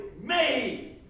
made